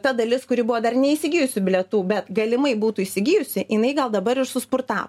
ta dalis kuri buvo dar neįsigijusi bilietų bet galimai būtų įsigijusi jinai gal dabar ir suspurtavo